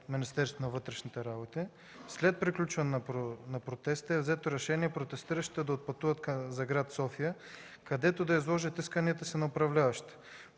получено разрешение от МВР. След приключване на протеста е взето решение протестиращите да отпътуват за гр. София, където да изложат исканията си на управляващите.